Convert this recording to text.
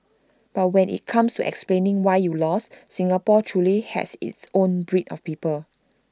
but when IT comes to explaining why you lost Singapore truly has its own breed of people